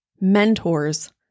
mentors